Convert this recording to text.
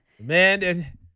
Man